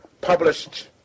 published